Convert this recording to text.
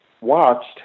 watched